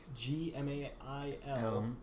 g-m-a-i-l